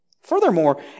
Furthermore